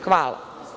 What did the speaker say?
Hvala.